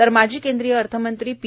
तर माजी केंद्रीय अर्थमंत्री पी